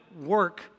work